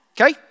Okay